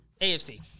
AFC